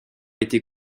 été